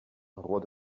roi